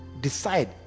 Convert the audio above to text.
decide